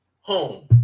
home